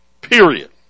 Period